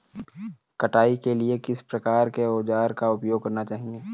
कटाई के लिए किस प्रकार के औज़ारों का उपयोग करना चाहिए?